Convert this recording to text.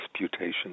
disputations